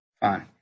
Fine